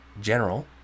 general